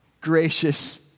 gracious